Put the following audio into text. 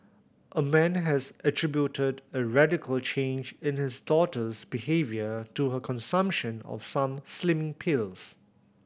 a man has attributed a radical change in his daughter's behaviour to her consumption of some slimming pills